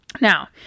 Now